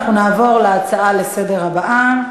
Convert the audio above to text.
אנחנו נעבור להצעה לסדר-היום הבאה: